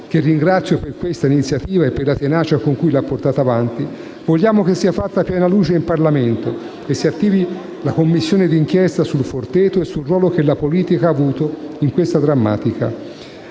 che ringrazio per questa iniziativa e per la tenacia con cui l'ha portata avanti - vogliamo che sia fatta piena luce in Parlamento e si attivi una Commissione d'inchiesta sulla vicenda del Forteto e sul ruolo che la politica ha avuto in questa drammatica